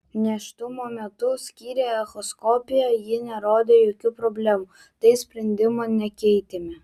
nėštumo metu skyrė echoskopiją ji nerodė jokių problemų tai sprendimo nekeitėme